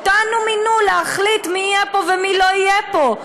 אותנו מינו להחליט מי יהיה פה ומי לא יהיה פה.